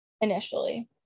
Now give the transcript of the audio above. initially